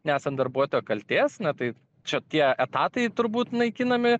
nesant darbuotojo kaltės na tai čia tie etatai turbūt naikinami